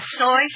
soy